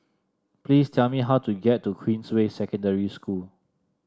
please tell me how to get to Queensway Secondary School